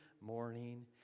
morning